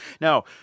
Now